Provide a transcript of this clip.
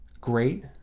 great